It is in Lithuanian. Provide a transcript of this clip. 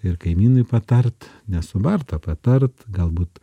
ir kaimynui patart ne subart o patart galbūt